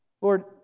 Lord